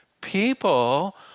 people